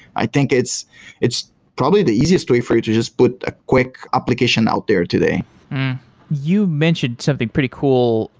i think it's it's probably the easiest way for you to just put a quick application out there today you mentioned something pretty cool,